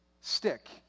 stick